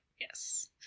Yes